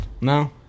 No